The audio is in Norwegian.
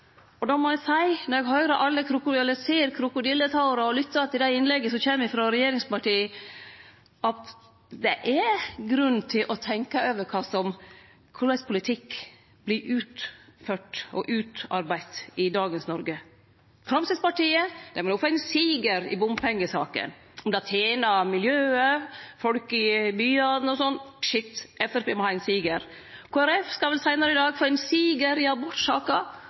debatten. Då må eg seie – når eg ser alle krokodilletårer og lyttar til dei innlegga som kjem frå regjeringspartia – at det er grunn til å tenkje over korleis politikk vert utført og utarbeidd i Noreg i dag. Framstegspartiet må få ein siger i bompengesaka. Om det tener miljøet og folk i byane og slikt – skitt au, Framstegspartiet må ha ein siger. Kristeleg Folkeparti skal vel seinare i dag få ein siger i abortsaka.